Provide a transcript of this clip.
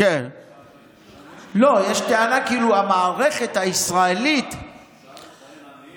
זה גם לא דבר אינטליגנטי לומר,